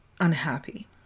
unhappy